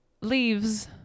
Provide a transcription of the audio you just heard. leaves